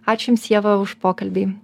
ačiū jums ieva už pokalbį